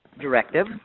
directive